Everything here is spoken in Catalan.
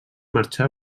marxar